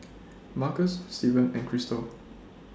Marcus Steven and Chrystal